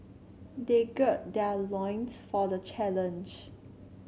they gird their loins for the challenge